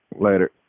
Later